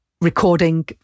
recording